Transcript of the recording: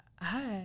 Hi